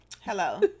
Hello